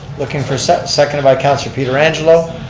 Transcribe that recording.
looking for second, seconded by councilor pietrangelo.